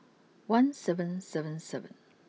one seven seven seven